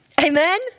Amen